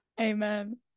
amen